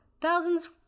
thousands